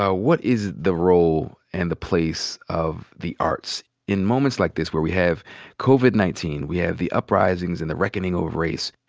ah what is the role and the place of the arts? in moments like this where we have covid nineteen, we have the uprisings, and the reckoning of race,